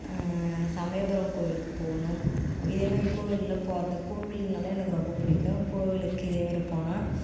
சமயபுரம் கோவிலுக்கு போகணும் இதே மாரி கோவில் போகிறது கோவில்னா எனக்கு ரொம்ப பிடிக்கும் கோவிலுக்கு இதேமாதிரி போனால்